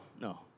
no